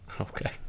Okay